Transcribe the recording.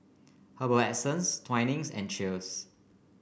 Herbal Essences Twinings and Cheers